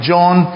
John